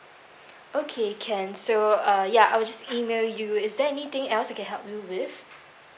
okay can so uh ya I will just email you is there anything else I can help you with